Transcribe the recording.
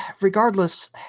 regardless